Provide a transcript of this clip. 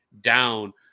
down